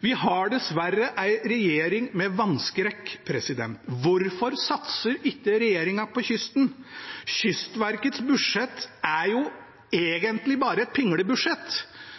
Vi har dessverre en regjering med vannskrekk. Hvorfor satser ikke regjeringen på kysten? Kystverkets budsjett er jo